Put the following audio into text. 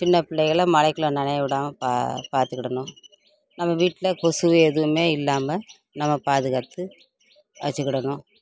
சின்ன பிள்ளைகளை மழைக்குள்ள நினைய விடாமல் பா பார்த்துக்கிடணும் நம்ம வீட்டில் கொசுவு எதுவுமே இல்லாமல் நம்ம பாதுகாத்து வச்சுக்கிடணும்